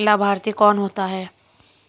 लाभार्थी कौन होता है?